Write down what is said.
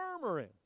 murmuring